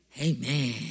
Amen